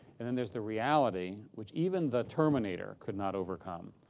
and then there's the reality, which even the terminator could not overcome,